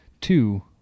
Two